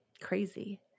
Crazy